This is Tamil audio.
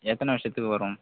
எத்தனை வருஷத்துக்கு வரும்